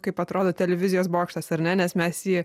kaip atrodo televizijos bokštas ar ne nes mes jį